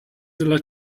della